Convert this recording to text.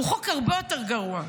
הוא חוק הרבה יותר גרוע.